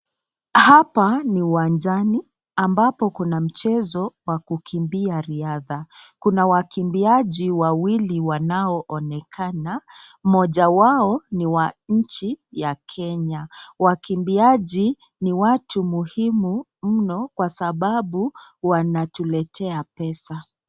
Hapa ni uwanjani ambapo kuna mchezo wa kukimbia riadha kuna wakimbiaji wawili ambao wanaonekana mmoja wao ni wa nchi ya Kenya. Wakimbiaji ni watu muhimu mno kwa sababu wanatuletea pesa.